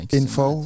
info